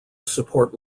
support